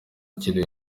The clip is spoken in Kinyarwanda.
akiri